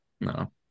no